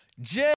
J-